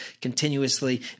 continuously